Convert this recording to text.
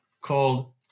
called